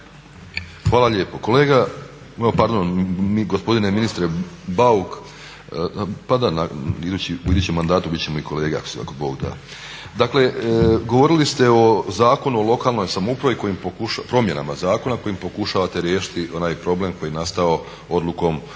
Hvala lijepo. Kolega, pardon, gospodine ministre Bauk, pa da u idućem mandatu biti ćemo i kolege ako Bog da. Dakle govorili ste o Zakonu o lokalnoj samoupravi, promjenama zakona kojima pokušavate riješiti onaj problem koji je nastao odlukom